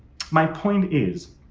my point is,